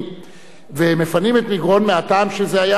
ומפנים את מגרון מהטעם שזה היה על אדמות פרטיות.